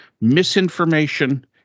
misinformation